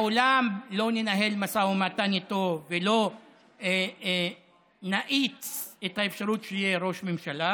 לעולם לא ננהל משא ומתן איתו ולא נאיץ את האפשרות שיהיה ראש ממשלה,